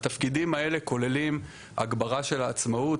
התפקידים האלה כוללים הגברה של העצמאות.